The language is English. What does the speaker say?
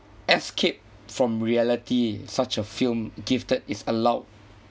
escape from reality such a film gifted is allowed